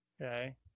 Okay